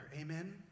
Amen